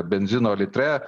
benzino litre